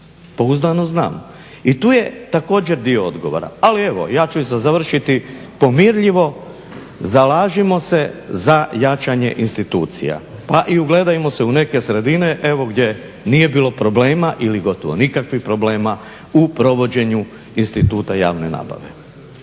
Pouzdano znam. I tu je također dio odgovora. Ali evo ja ću završiti pomirljivo, zalažimo se za jačanje institucija pa i ugledajmo se u neke sredine evo gdje nije bilo problema ili gotovo nikakvih problema u provođenju instituta javne nabave.